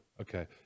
Okay